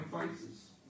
faces